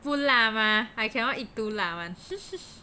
不辣吗 I cannot eat too 辣 one